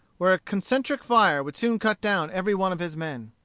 where a concentric fire would soon cut down every one of his men.